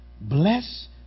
bless